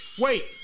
Wait